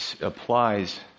applies